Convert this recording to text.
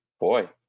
Boy